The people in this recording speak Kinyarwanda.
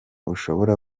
ushobora